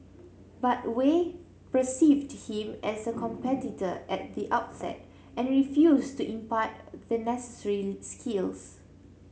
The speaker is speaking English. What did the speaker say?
but Wei perceived him as a competitor at the outset and refused to impart the necessary skills